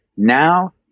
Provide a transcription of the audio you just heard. Now